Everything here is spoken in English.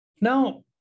Now